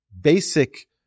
basic